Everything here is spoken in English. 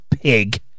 pig